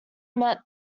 met